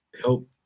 help